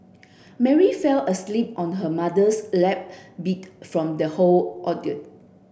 Mary fell asleep on her mother's lap beat from the whole ordeal